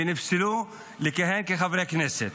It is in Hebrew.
שנפסלו לכהן כחברי כנסת.